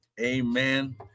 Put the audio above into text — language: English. amen